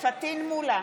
פטין מולא,